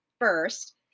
first